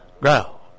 Grow